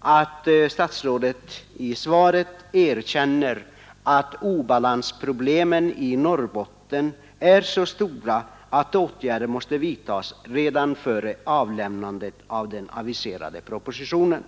att han i svaret erkänner att obalansproblemen i Norrbotten är så stora, att åtgärder måste vidtagas redan före avlämnandet av den aviserade propositionen.